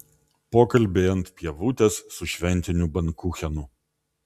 pokalbiai ant pievutės su šventiniu bankuchenu